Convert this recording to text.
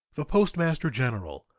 the postmaster-general,